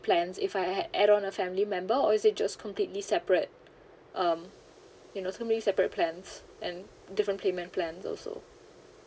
plans if I had add on a family member or is it just completely separate um you know so maybe separate plans and different payment plans also